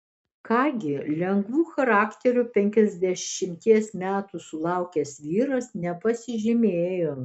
ką gi lengvu charakteriu penkiasdešimties metų sulaukęs vyras nepasižymėjo